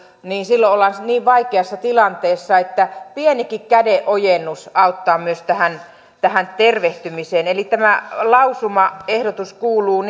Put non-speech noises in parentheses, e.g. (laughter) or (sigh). ollaan niin vaikeassa tilanteessa että pienikin kädenojennus auttaa myös tähän tähän tervehtymiseen eli tämä lausumaehdotus kuuluu (unintelligible)